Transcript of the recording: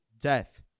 death